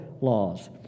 laws